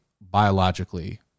biologically